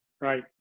right